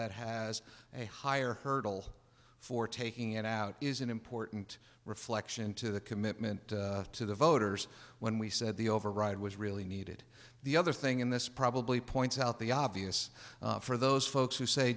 that has a higher hurdle for taking it out is an important reflection to the commitment to the voters when we said the override was really needed the other thing in this probably points out the obvious for those folks who say